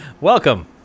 Welcome